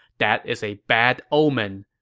that is a bad omen.